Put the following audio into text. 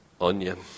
onion